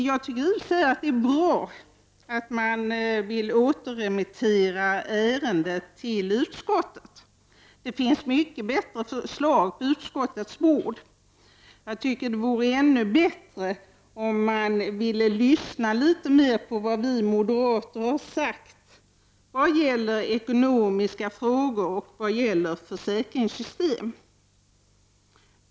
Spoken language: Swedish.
Jag tycker i och för sig att det är bra att man vill återremittera ärendet till utskottet. Det finns mycket bättre förslag på utskottets bord. Ännu bättre vore det om man ville lyssna litet mer på vad vi moderater har sagt i vad gäller ekonomiska frågor och försäkringssystem.